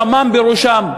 דמם בראשם,